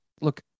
look